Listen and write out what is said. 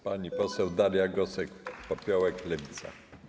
Pani poseł Daria Gosek-Popiołek, Lewica.